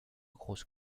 grosse